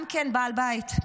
גם כן בעל בית.